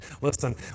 Listen